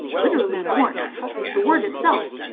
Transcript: literally born the word itself!